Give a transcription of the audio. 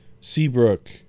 Seabrook